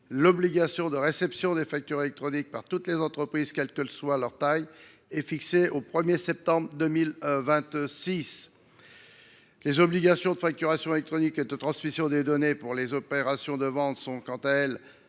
L’obligation de réception des factures électroniques par toutes les entreprises, quelle que soit leur taille, est ainsi fixée au 1 septembre 2026. L’obligation de facturation électronique et de transmission des données pour les opérations de vente est également